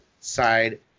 side